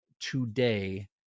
today